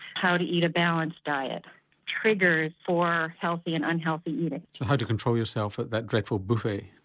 how to eat a balanced diet triggers for healthy and unhealthy eating. so how to control yourself at that dreadful buffet?